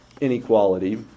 inequality